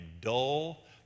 dull